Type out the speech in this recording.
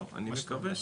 טוב, אני מקווה.